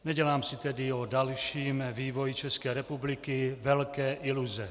Nedělám si tedy o dalším vývoji České republiky velké iluze.